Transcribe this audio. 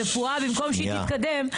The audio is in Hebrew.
הרפואה במקום שהיא תתקדם,